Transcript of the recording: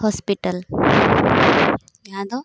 hospital ᱡᱟᱦᱟᱸ ᱫᱚ